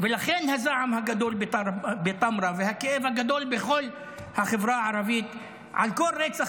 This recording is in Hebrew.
ולכן הזעם הגדול בטמרה והכאב הגדול בכל החברה הערבית על כל רצח.